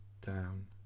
down